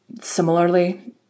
Similarly